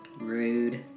Rude